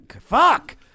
fuck